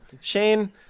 Shane